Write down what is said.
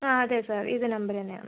ആ അതെ സാർ ഇതേ നമ്പര് തന്നെ ആണ്